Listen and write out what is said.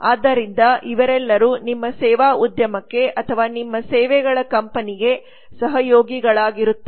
ಆದ್ದರಿಂದ ಇವರೆಲ್ಲರೂ ನಿಮ್ಮ ಸೇವಾ ಉದ್ಯಮಕ್ಕೆ ಅಥವಾ ನಿಮ್ಮ ಸೇವೆಗಳ ಕಂಪನಿಗೆ ಸಹಯೋಗಿಗಳಾಗಿರುತ್ತಾರೆ